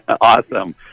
Awesome